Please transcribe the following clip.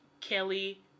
Kelly